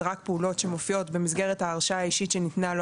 רק פעולות שמופיעות במסגרת ההרשאה האישית שניתנה לו